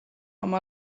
oma